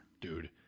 dude